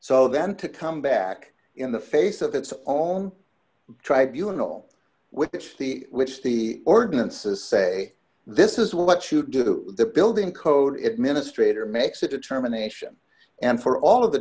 so then to come back in the face of its own tribunals which the which the ordinances say this is what should do the building code it ministre there makes a determination and for all of the